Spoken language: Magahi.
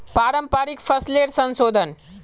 पारंपरिक फसलेर संशोधन